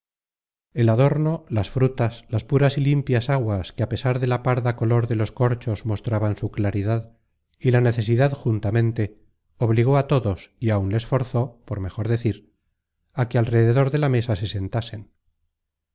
el adorno las frutas las puras y limpias aguas que a pesar de la parda color de los corchos mostraban su claridad y la necesidad juntamente obligó á todos y áun les forzó por mejor decir á que al rededor de la mesa se sentasen